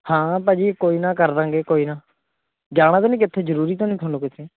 ਹਾਂ ਭਾ ਜੀ ਕੋਈ ਨਾ ਕਰ ਦਵਾਂਗੇ ਕੋਈ ਨਾ ਜਾਣਾ ਤਾਂ ਨਹੀਂ ਕਿੱਥੇ ਜ਼ਰੂਰੀ ਤਾਂ ਨਹੀਂ ਤੁਹਾਨੂੰ ਕਿੱਥੇ